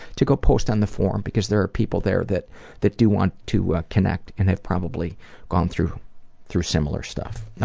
to go post on the forum because there are people there that that do want to ah connect and have probably gone through through similar stuff. yeah